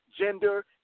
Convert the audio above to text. gender